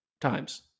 times